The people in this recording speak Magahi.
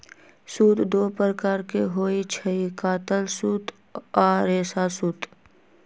सूत दो प्रकार के होई छई, कातल सूत आ रेशा सूत